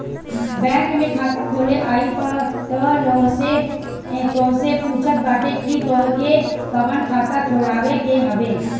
bank में खाता खोले आए पअ उ तोहसे पूछत बाटे की तोहके कवन खाता खोलवावे के हवे